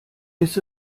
ist